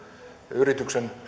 yrityksen